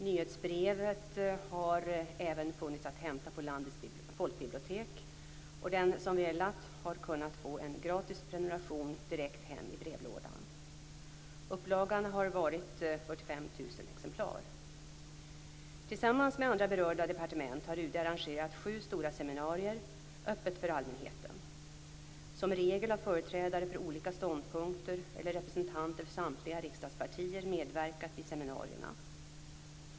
Nyhetsbrevet har även funnits att hämta på landets folkbibliotek, och den som velat har kunnat få en gratis prenumeration direkt hem i brevlådan. Upplagan har varit 45 000 exemplar. Tillsammans med andra berörda departement har UD arrangerat sju stora seminarier, öppna för allmänheten. Som regel har företrädare för olika ståndpunkter eller representanter för samtliga riksdagspartier medverkat vid seminarierna.